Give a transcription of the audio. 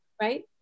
Right